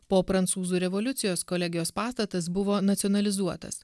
po prancūzų revoliucijos kolegijos pastatas buvo nacionalizuotas